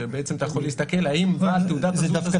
שבעצם אתה יכול להסתכל האם בעל תעודת זהות כזו או כזו,